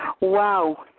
wow